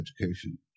education